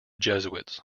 jesuits